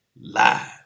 Live